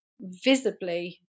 visibly